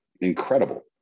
incredible